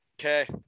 okay